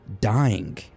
dying